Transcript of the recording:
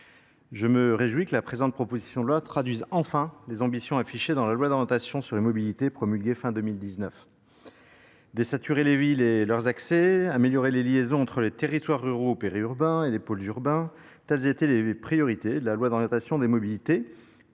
je me que la présente proposition loi traduise enfin les ambitions affichées dans la loi d'orientation sur la mobilité promulguée fin deux mille dix neuf de saturer les villes et leurs accès améliorer les liaisons entre les liaisons entre les territoires ruraux périurbains et les pôles urbains telles étaient les priorités de la loi d'orientation des mobilités